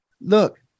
Look